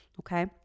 okay